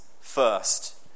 first